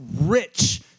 rich